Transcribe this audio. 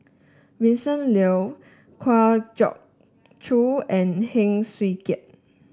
Vincent Leow Kwa Geok Choo and Heng Swee Keat